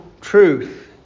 truth